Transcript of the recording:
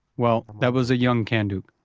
well, that was a young kanduk.